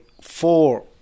four